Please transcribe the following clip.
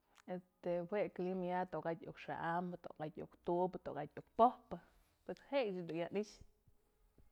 Jue clima ya, tokatyë iuk xa'ambë, tokatyë iuk tubë, tokatyë iuk po'ojpë pues jëyëch dun ya i'ixë.